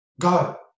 Go